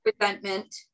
resentment